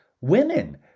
women